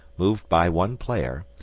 moved by one player,